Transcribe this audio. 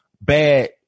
bad